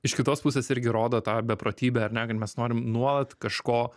iš kitos pusės irgi rodo tą beprotybę ar ne kad mes norim nuolat kažko